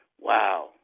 wow